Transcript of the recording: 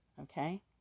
okay